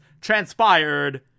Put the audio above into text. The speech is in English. transpired